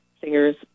singers